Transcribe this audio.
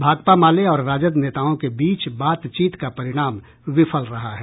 भाकपा माले और राजद नेताओं के बीच बातचीत का परिणाम विफल रहा है